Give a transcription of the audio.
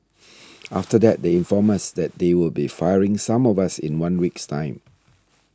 after that they informed us that they would be firing some of us in one week's time